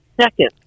second